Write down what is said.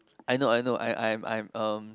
I know I know I I'm I'm um